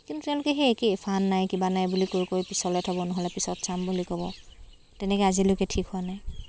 কিন্তু তেওঁলোকে সেই একেই ফাণ্ড নাই কিবা নাই বুলি কৈ কৈ পিছলৈ থব নহ'লে পিছত চাম বুলি ক'ব তেনেকৈ আজিলৈকে ঠিক হোৱা নাই